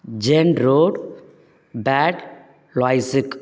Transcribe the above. gen ரோட் பேட் லாய்சிக்